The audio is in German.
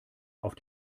auf